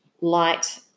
light